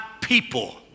people